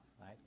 right